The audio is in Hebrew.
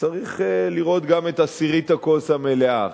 וצריך לראות גם את עשירית הכוס המלאה.